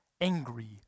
angry